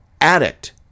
addict